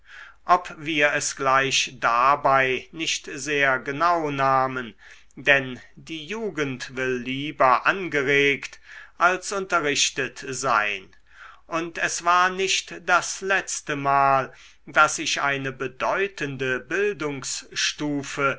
ob wir es gleich dabei nicht sehr genau nahmen denn die jugend will lieber angeregt als unterrichtet sein und es war nicht das letztemal daß ich eine bedeutende